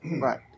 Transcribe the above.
Right